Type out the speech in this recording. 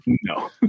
No